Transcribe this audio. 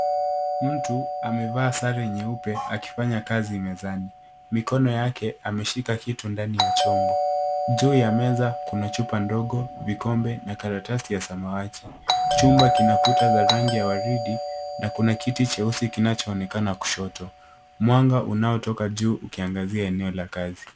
Mtu amevaa sare nyeupe akifanya kazi mezani. Mikono yake ameshika kitu ndani ya chombo. Juu ya meza kuna chupa ndogo, vikombe na karatasi ya samawati. Chumba kina kuta za rangi ya waridi na kuna kiti cheusi kinachoonekana kushoto. Mwanga unaotoka juu ukiangazia eneo la kazi.